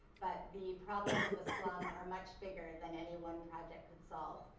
but, the problems of a slum are much bigger than any one project can solve,